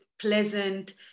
pleasant